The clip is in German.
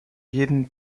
jedem